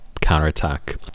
counterattack